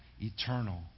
eternal